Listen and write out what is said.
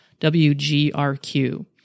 WGRQ